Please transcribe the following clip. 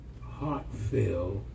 heartfelt